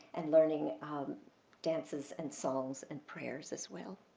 and learning dances and songs and prayers, as well.